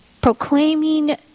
proclaiming